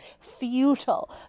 futile